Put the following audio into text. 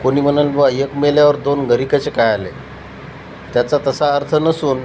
कोणी म्हणन बुवा एक मेल्यावर दोन घरी कसे काय आले त्याचा तसा अर्थ नसून